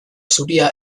zuria